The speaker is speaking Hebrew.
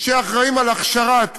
שאחראים להכשרת